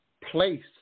place